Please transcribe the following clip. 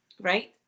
right